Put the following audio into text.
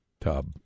tub